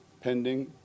pending